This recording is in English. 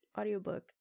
audiobook